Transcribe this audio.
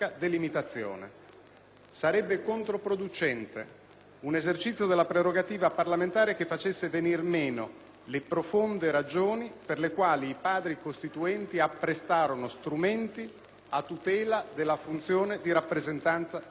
Sarebbe controproducente un esercizio della prerogativa parlamentare che facesse venir meno le profonde ragioni per le quali i Padri costituenti apprestarono strumenti a tutela della funzione di rappresentanza democratica.